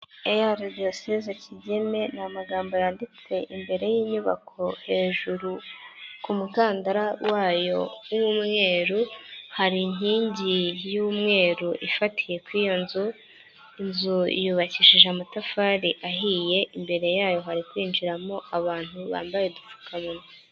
EAR diyoseze Kigeme ni magambo yanditse imbere y'inyubako hejuru ku mukandara wayo w'umweru, hari inkingi y'umweru ifatiye ku iyo nzu, inzu yubakishije amatafari ahiye imbere yayo hari kwinjiramo abantu bambaye udupfukamunwa.